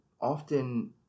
Often